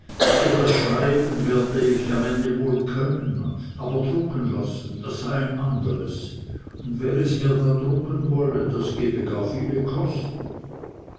etwas schreiben werde ich am ende wohl können aber drucken lassen das sei ein anderes und wer es mir dann drucken wolle das gebe gar viele kosten